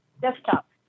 Desktop